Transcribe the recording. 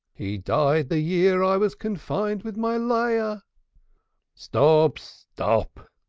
he died the year i was confined with my leah stop! stop!